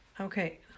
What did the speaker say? Okay